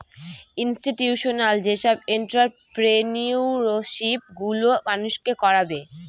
institutional যেসব entrepreneurship গুলো মানুষকে করাবে